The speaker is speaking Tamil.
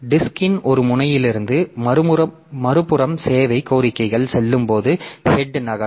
டிஸ்க்ன் ஒரு முனையிலிருந்து மறுபுறம் சேவை கோரிக்கைகள் செல்லும்போது ஹெட் நகரும்